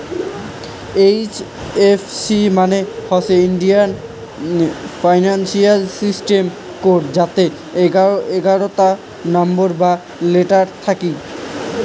এই F C মানে হইসে ইন্ডিয়ান ফিনান্সিয়াল সিস্টেম কোড যাতে এগারোতা নম্বর এবং লেটার থাকি